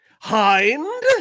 hind